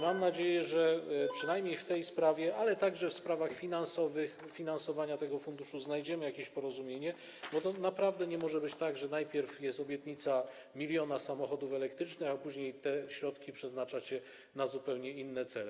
Mam nadzieję, że przynajmniej w tej sprawie, ale także w sprawie finansowania tego funduszu, znajdziemy jakieś porozumienie, bo naprawdę nie może być tak, że najpierw jest obietnica dotycząca miliona samochodów elektrycznych, a później te środki przeznaczacie na zupełnie inne cele.